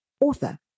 author